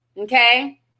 Okay